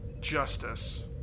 Justice